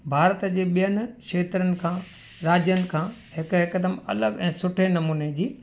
भारत जे ॿियनि क्षेत्रनि खां राज्यनि खां हिकु हिकदमि अलॻि ऐं सुठे नमूने जी